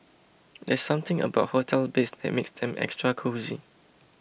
there's something about hotel beds that makes them extra cosy